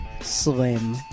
Slim